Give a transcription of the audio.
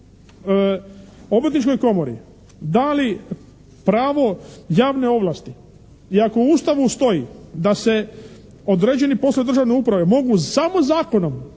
Obrtničkoj komori dali pravo javne ovlasti i ako u Ustavu stoji da se određeni poslovi državne uprave mogu samo zakonom